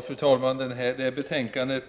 Fru talman! Det här betänkandet